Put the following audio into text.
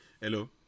hello